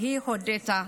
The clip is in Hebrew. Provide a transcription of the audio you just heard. היא הודתה.